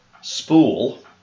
Spool